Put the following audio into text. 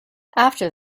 after